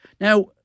Now